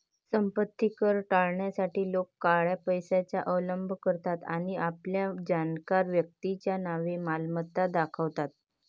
संपत्ती कर टाळण्यासाठी लोक काळ्या पैशाचा अवलंब करतात आणि आपल्या जाणकार व्यक्तीच्या नावे मालमत्ता दाखवतात